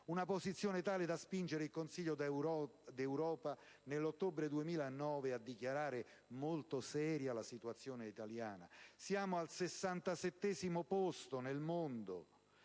una posizione tale da spingere il Consiglio d'Europa nell'ottobre 2009 a dichiarare «molto seria» la situazione italiana. Siamo al 67° posto nel mondo.